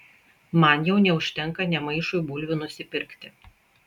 man jau neužtenka nė maišui bulvių nusipirkti